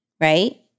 right